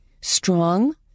strong